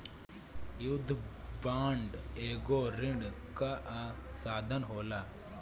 युद्ध बांड एगो ऋण कअ साधन होला